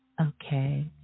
okay